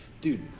dude